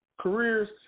careers